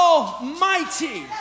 Almighty